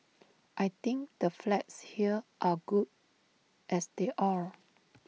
I think the flats here are good as they are